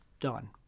done